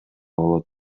болот